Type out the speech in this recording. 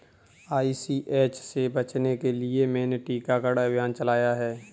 ICH से बचने के लिए मैंने टीकाकरण अभियान चलाया है